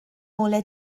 ngolau